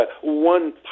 one